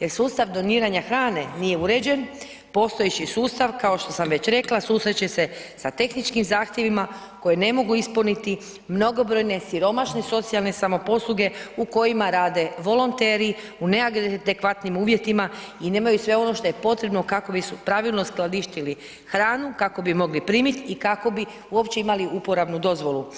jer sustav doniranja hrane nije uređen, postojeći sustav kao što sam već rekla susreće se sa tehničkim zahtjevima koje ne mogu ispuniti mnogobrojne siromašne socijalne posluge u kojima rade volonteri u neadekvatnim uvjetima i nemaju sve ono šta je potrebno kako bi pravilno skladištili hranu, kako bi mogli primit i kako bi uopće imali uporabnu dozvolu.